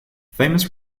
famous